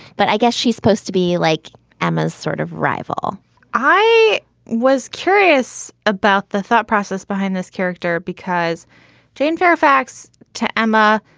but i guess she's supposed to be like emma's sort of rival i was curious about the thought process behind this character because jane fairfax to emma,